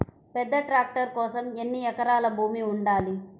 పెద్ద ట్రాక్టర్ కోసం ఎన్ని ఎకరాల భూమి ఉండాలి?